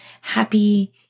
happy